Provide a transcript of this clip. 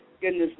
Goodness